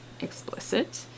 explicit